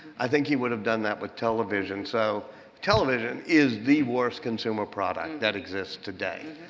i think he would have done that with television. so television is the worst consumer product that exists today.